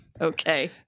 okay